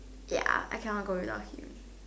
ya I cannot go without him